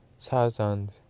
thousand